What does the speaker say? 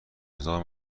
هزار